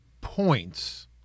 points